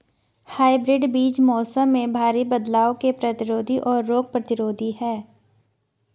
hybrid बीज मौसम में भारी बदलाव के प्रतिरोधी और रोग प्रतिरोधी हैं